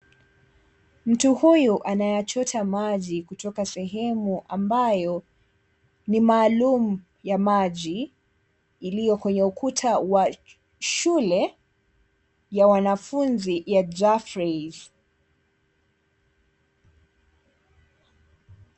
Mtu huyu anayachota maji kutoka sehemu ambayo ni maalum ya maji iliyo kwenye ukuta wa shule ya wanafunzi ya Jeffrey's.